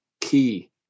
key